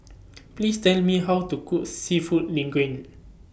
Please Tell Me How to Cook Seafood Linguine